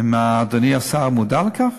האם אדוני השר מודע לכך?